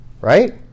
right